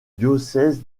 diocèse